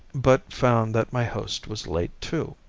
but found that my host was late too.